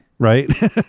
right